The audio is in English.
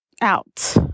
out